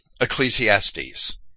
Ecclesiastes